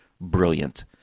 brilliant